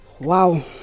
wow